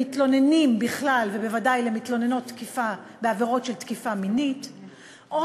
למתלוננים בכלל ולמתלוננות על עבירות של תקיפה מינית בפרט,